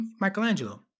Michelangelo